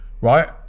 right